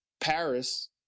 Paris